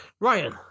Ryan